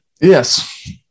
Yes